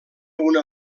una